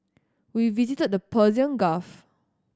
we visited the Persian Gulf